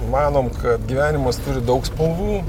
manom kad gyvenimas turi daug spalvų